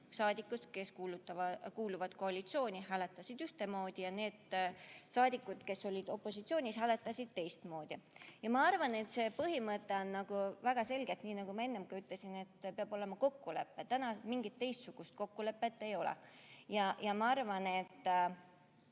saadikud, kes kuuluvad koalitsiooni, hääletasid ühtemoodi, ja need saadikud, kes on opositsioonis, hääletasid teistmoodi. Ma arvan, et see põhimõte on väga selge. Nii nagu ma ennegi ütlesin, peab olema kokkulepe. Täna mingit teistsugust kokkulepet ei ole. Ma arvan, et